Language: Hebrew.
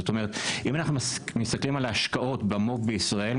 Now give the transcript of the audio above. אם אנחנו מסתכלים על ההשקעות במו"פ בישראל,